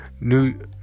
New